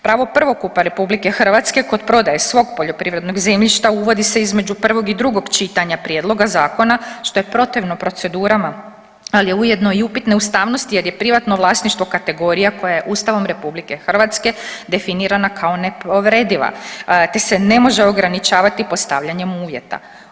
Pravo prvokupa RH kod prodaje svog poljoprivrednog zemljišta uvodi se između prvog i drugog čitanja prijedloga zakona što je protivno procedurama, ali je ujedno i upitne ustavnosti jer je privatno vlasništvo kategorija koja je Ustavom RH definirana kao nepovrediva, te se ne može ograničavati postavljanjem uvjeta.